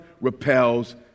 repels